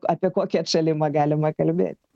apie kokį atšalimą galima kalbėt